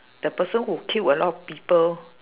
the person who kill a lot of people